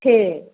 ठीक